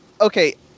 okay